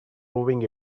rowing